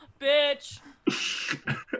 Bitch